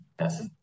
Yes